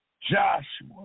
Joshua